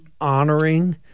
honoring